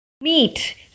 meet